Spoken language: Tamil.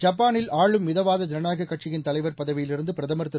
ஜப்பாளில் ஆளும் மிதவாத ஜனநாயக கட்சியின் தலைவர் பதவியிலிருந்து பிரதமர் திரு